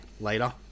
later